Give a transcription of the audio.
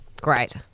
great